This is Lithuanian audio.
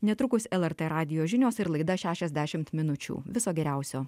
netrukus lrt radijo žinios ir laida šešiasdešimt minučių viso geriausio